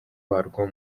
warwo